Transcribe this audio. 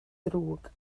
ddrwg